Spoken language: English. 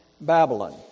Babylon